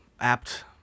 apt